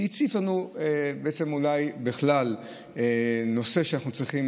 שהציף לנו אולי בכלל נושא שאנחנו צריכים